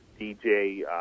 DJ